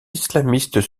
islamistes